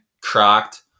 cracked